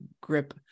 grip